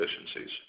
efficiencies